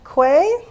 Quay